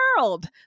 world